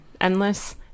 endless